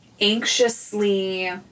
anxiously